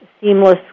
seamless